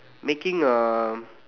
making a